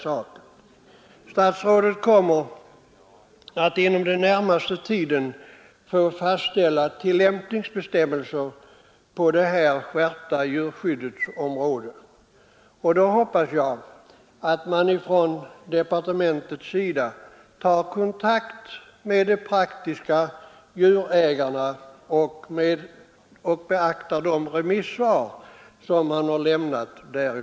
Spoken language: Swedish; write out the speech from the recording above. Statsrådet kommer inom den närmaste tiden att få fastställa tillämpningsbestämmelser på djurskyddets område med dess skärpta regler. Då hoppas jag att man från departementets sida tar kontakt med det praktiska jordbrukets utövare och beaktar de remissvar som dessa har lämnat.